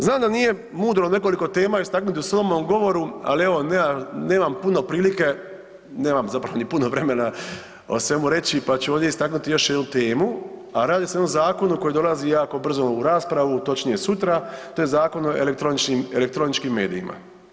Znam da nije mudro nekoliko tema istaknuti u slobodnom govoru, ali evo nemam puno prilike, nemam zapravo ni puno vremena o svemu reći pa ću ovdje istaknuti još jednu temu, a radi se o jednom zakonu koji dolazi jako brzo u raspravu točnije sutra to je Zakon o elektroničkim medijima.